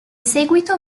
seguito